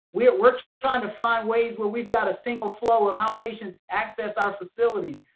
we're we're trying to find ways where we've got a single flow of how patients access our facilities,